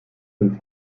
sind